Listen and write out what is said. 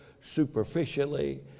superficially